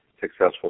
successful